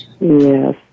Yes